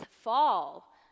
fall